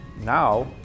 now